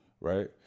right